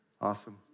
awesome